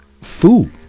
food